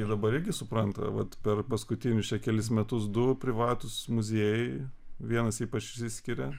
ir dabar irgi supranta vat per paskutinius čia kelis metus du privatūs muziejai vienas ypač išsiskiria